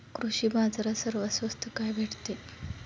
कृषी बाजारात सर्वात स्वस्त काय भेटते?